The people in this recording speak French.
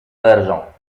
l’argent